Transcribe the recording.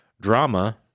drama